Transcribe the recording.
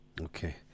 Okay